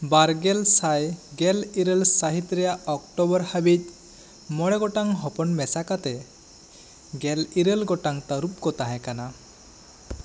ᱵᱟᱨ ᱜᱮᱞ ᱥᱟᱭ ᱜᱮᱞ ᱤᱨᱟᱹᱞ ᱥᱟᱹᱦᱤᱛ ᱨᱮᱭᱟᱜ ᱳᱠᱴᱳᱵᱚᱨ ᱦᱟᱹᱵᱤᱡ ᱢᱚᱬᱮ ᱜᱚᱴᱟᱝ ᱦᱚᱯᱚᱱ ᱢᱮᱥᱟ ᱠᱟᱛᱮ ᱜᱮᱞ ᱤᱨᱟᱹᱞ ᱜᱚᱴᱟᱝ ᱛᱟᱹᱨᱩᱯ ᱠᱚ ᱛᱟᱦᱮᱸ ᱠᱟᱱᱟ